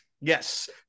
Yes